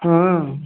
हाँ